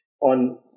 on